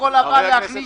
בחוק יסוד: